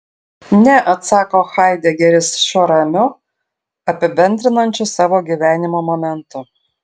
ne atsako haidegeris šiuo ramiu apibendrinančiu savo gyvenimo momentu